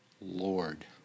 Lord